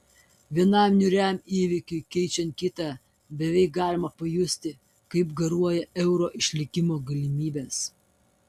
vienam niūriam įvykiui keičiant kitą beveik galima pajusti kaip garuoja euro išlikimo galimybės